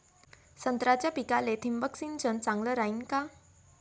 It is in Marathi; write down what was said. संत्र्याच्या पिकाले थिंबक सिंचन चांगलं रायीन का?